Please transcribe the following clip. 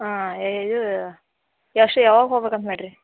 ಹಾಂ ಇದು ಎಷ್ಟು ಯಾವಾಗ ಹೊಗ್ಬೇಕಂತ ಮಾಡ್ದ್ರಿ